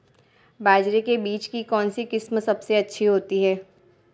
बाजरे के बीज की कौनसी किस्म सबसे अच्छी होती है?